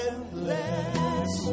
Endless